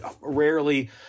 rarely